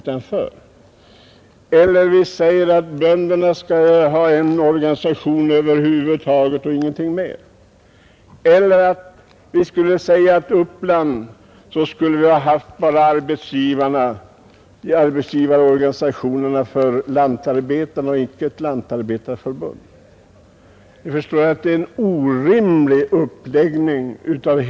Eller tänk om vi skulle säga att bönderna bara skall ha en enda organisation, och Uppland bara skall ha arbetsgivarorganisationerna för lantarbetarna, inte något lantarbetarförbund. Det är ju en orimlig uppläggning.